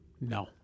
No